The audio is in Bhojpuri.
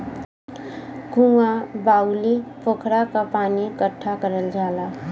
कुँआ, बाउली, पोखरा क पानी इकट्ठा करल जाला